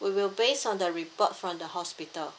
we will base on the report from the hospital